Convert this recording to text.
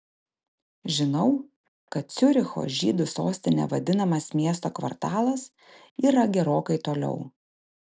žinau kad ciuricho žydų sostine vadinamas miesto kvartalas yra gerokai toliau